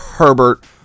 Herbert